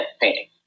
painting